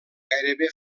gairebé